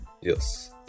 yes